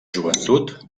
joventut